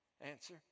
Answer